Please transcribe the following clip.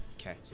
Okay